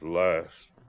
last